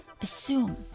assume